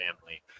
family